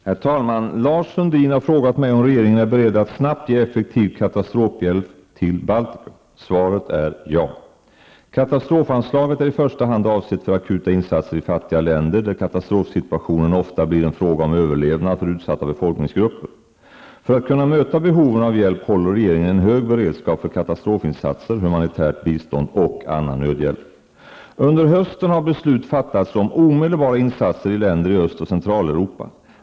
Herr talman! Lars Sundin har frågat mig om regeringen är beredd att snabbt ge effektiv katastrofhjälp till Baltikum. Svaret är ja. Katastrofanslaget är i första hand avsett för akuta insatser i fattiga länder där katastrofsituationen ofta blir en fråga om överlevnad för utsatta befolkningsgrupper. För att kunna möta behoven av hjälp håller regeringen en hög beredskap för katastrofinsatser, humanitärt bistånd och annan nödhjälp. Under hösten har beslut fattats om omedelbara insatser i länder i Öst och Centraleuropa.